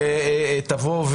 ותבוא,